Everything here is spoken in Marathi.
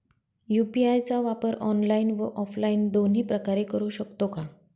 यू.पी.आय चा वापर ऑनलाईन व ऑफलाईन दोन्ही प्रकारे करु शकतो का?